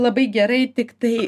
labai gerai tiktai